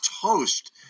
toast